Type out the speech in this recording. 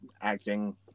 acting